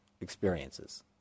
experiences